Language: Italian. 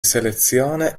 selezione